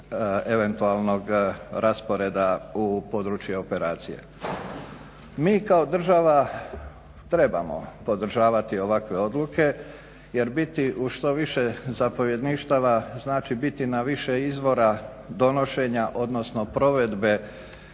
eventualnog rasporeda u područje operacije. Mi kao država trebamo podržavati ovakve odluke, jer biti u što više zapovjedništava znači biti na više izvora donošenja, odnosno provedbe